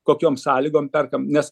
kokiom sąlygom perkam nes